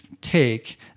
take